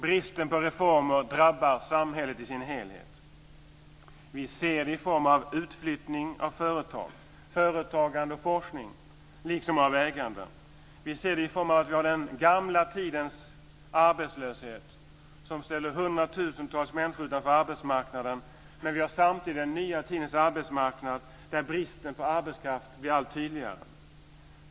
Bristen på reformer drabbar samhället i sin helhet. Vi ser det i form av utflyttning av företag, företagande, forskning liksom av ägande. Vi ser det i form av att vi har den gamla tidens arbetslöshet som ställer hundratusentals människor utanför arbetsmarknaden, men samtidigt den nya tidens arbetsmarknad där bristen på arbetskraft blir allt tydligare.